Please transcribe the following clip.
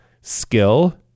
skill